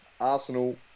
Arsenal